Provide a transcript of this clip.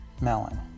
melon